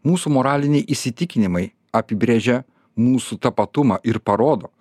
mūsų moraliniai įsitikinimai apibrėžia mūsų tapatumą ir parodo